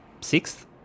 sixth